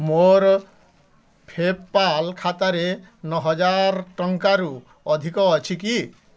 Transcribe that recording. ମୋର ପେପାଲ୍ ଖାତାରେ ନଅହଜାର ଟଙ୍କାରୁ ଅଧିକ ଅଛି କି